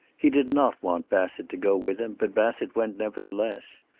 he did not want bassett to go with him, but bassett went, nevertheless.